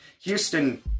Houston